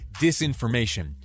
disinformation